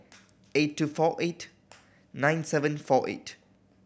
eight two four eight nine seven four eight